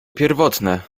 pierwotne